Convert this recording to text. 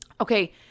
Okay